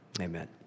Amen